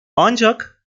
ancak